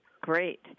Great